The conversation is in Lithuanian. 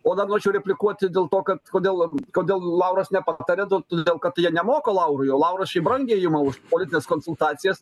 o dar norėčiau replikuoti dėl to kad kodėl kodėl lauras nepataria todėl kad jie nemoka laurui o lauras šiaip brangiai ima už politines konsultacijas